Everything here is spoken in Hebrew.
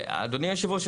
ואדוני יושב הראש,